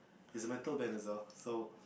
it's a metal band as well so